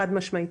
חד-משמעית.